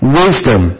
wisdom